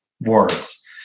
words